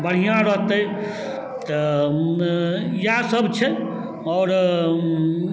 बढ़िआँ रहतै तऽ इएहसब छै आओर